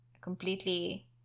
Completely